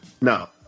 No